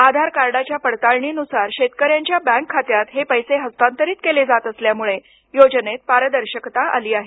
आधार कार्डाच्या पडताळणीनुसार शेतकऱ्यांच्या बँक खात्यात हे पैसे हस्तांतरित केले जात असल्यामुळे योजनेत पारदर्शकता आली आहे